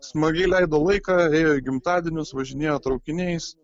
smagiai leido laiką ėjo į gimtadienius važinėjo traukiniais